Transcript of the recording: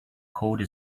code